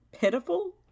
pitiful